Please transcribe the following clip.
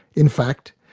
in fact,